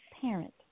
parent